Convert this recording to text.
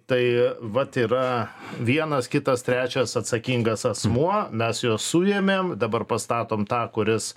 tai vat yra vienas kitas trečias atsakingas asmuo mes juos suėmėm dabar pastatom tą kuris